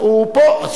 הוא פה, הוא פה.